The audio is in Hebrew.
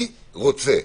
אני רוצה,